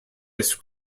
ice